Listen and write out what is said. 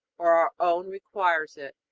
or our own requires it.